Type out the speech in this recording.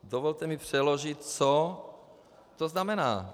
Dovolte mi přeložit, co to znamená.